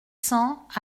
cents